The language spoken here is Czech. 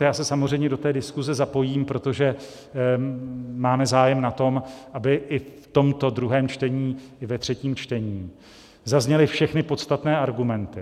Já se samozřejmě do diskuze zapojím, protože máme zájem na tom, aby i v tomto druhém čtení, i ve třetím čtení zazněly všechny podstatné argumenty.